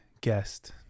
guest